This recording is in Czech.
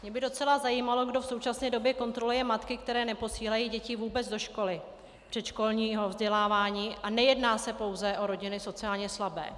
Mě by docela zajímalo, kdo v současné době kontroluje matky, které neposílají děti vůbec do školy, předškolního vzdělávání, a nejedná se pouze o rodiny sociálně slabé.